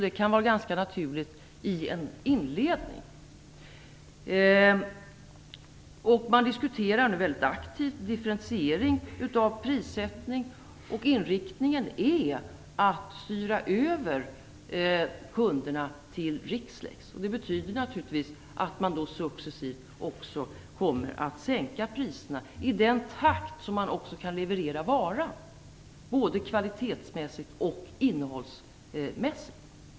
Det kan vara ganska naturligt inledningsvis. Man diskuterar aktivt en differentiering av prissättningen. Inriktningen är att kunderna skall styras över till Rixlex. Det betyder naturligtvis att man successivt kommer att sänka priserna i den takt som man kan leverera varan både till en bra kvalitet och med det rätta innehållet.